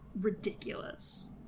ridiculous